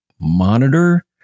monitor